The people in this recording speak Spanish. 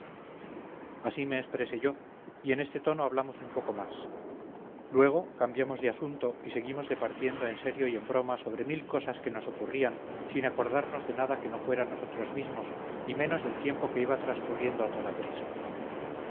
así me expresé yo y en este tono hablamos un poco más luego cambiamos de asunto y seguimos departiendo en serio y en broma sobre mil cosas que nos ocurrían sin acordarnos de nada que no fuera nosotros mismos y menos del tiempo que iba transcurriendo a toda prisa